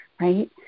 right